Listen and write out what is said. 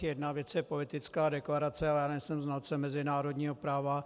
Jedna věc je politická deklarace, a já nejsem znalcem mezinárodního práva.